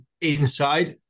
inside